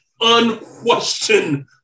Unquestioned